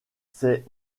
ces